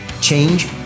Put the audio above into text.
Change